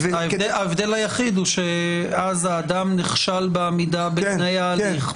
ההבדל היחיד הוא שאז האדם נכשל בעמידה בתנאי ההליך.